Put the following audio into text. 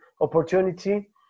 opportunity